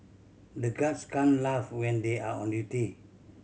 the guards can laugh when they are on duty